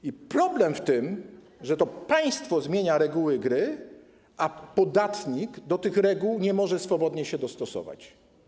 I problem w tym, że to państwo zmienia reguły gry, a podatnik do tych reguł nie może swobodnie się dostosować.